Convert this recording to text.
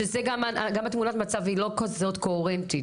שזה גם, גם תמונת המצב היא לא כזאת קוהרנטית.